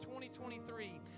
2023